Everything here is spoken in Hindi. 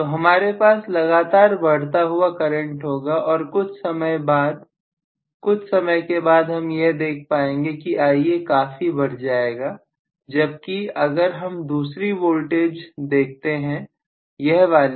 तो हमारे पास लगातार बढ़ता हुआ करंट होगा और कुछ समय बाद कुछ समय के बाद हम यह देख पाएंगे कि Ia काफी बढ़ जाएगा जबकि अगर हम दूसरी वोल्टेज देखते हैं यह वाली